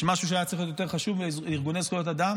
יש משהו שהיה צריך להיות יותר חשוב מארגוני זכויות אדם